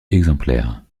exemplaires